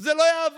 זה לא יעבור.